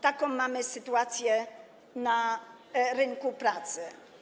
Taką mamy sytuację na rynku pracy.